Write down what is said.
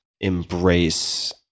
embrace